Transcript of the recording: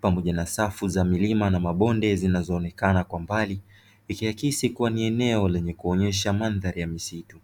pamoja na safu za milima na mabonde zinazoonekana kwa mbali, ikiakisi kuwa ni eneo lenye kuonyesha mandhari ya misitu.